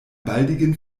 baldigen